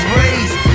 raised